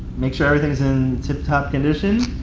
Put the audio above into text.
make sure everything is in tip-top condition.